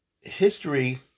history